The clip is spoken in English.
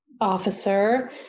officer